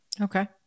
Okay